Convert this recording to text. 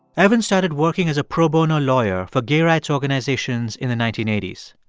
evan started working as a pro bono lawyer for gay rights organizations in the nineteen eighty s.